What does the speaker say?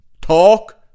talk